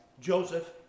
Joseph